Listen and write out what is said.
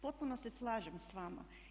Potpuno se slažem s vama.